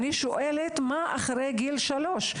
אני שואלת מה קורה אחרי גיל שלוש.